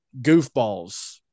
goofballs